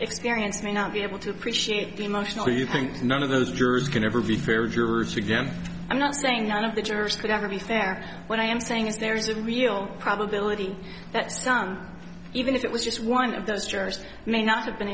experience may not be able to appreciate the emotional you think none of those jurors can ever be fair jurors again i'm not saying none of the jurors would ever be fair when i am saying is there's a real probability that's done even if it was just one of those jurors may not have been